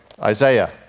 Isaiah